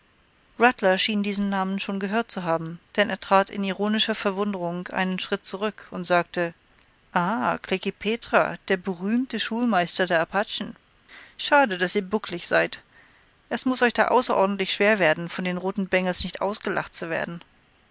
rattler schien diesen namen schon gehört zu haben denn er trat in ironischer verwunderung einen schritt zurück und sagte ah klekih petra der berühmte schulmeister der apachen schade daß ihr buckelig seid es muß euch da außerordentlich schwer werden von den roten bengels nicht ausgelacht zu werden